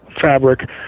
fabric